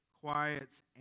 quiets